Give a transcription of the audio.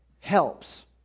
helps